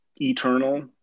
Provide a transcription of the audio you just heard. eternal